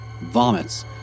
vomits